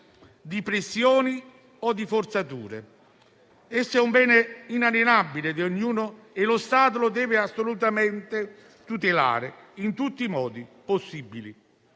di pressioni o di forzature. Esso è un bene inalienabile di ognuno e lo Stato lo deve assolutamente tutelare in tutti i modi possibili.